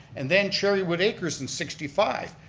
and then cherrywood acres in sixty five.